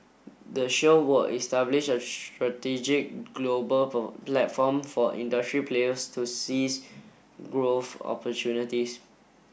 the show will establish a strategic global platform for industry players to seize growth opportunities